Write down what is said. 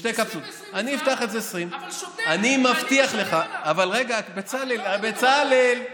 לשתי קפסולות, אבל שוטר, בצלאל, בצלאל.